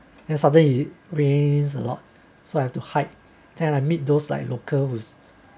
and suddenly rained a lot so I have to hide then I meet those like local whose